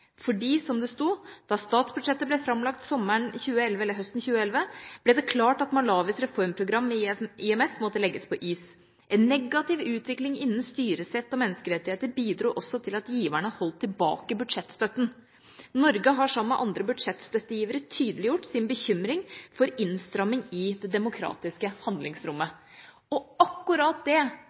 fordi, som det sto: «da statsbudsjettet ble fremlagt sommeren 2011 ble det klart at Malawis reformprogram med IMF måtte legges på is. En negativ utvikling innen styresett og menneskerettigheter bidro også til at giverne holdt tilbake budsjettstøtten. Norge har sammen med andre budsjettstøttegivere tydeliggjort sin bekymring for innstramming i det demokratiske handlingsrommet.» Akkurat det